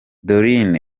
doreen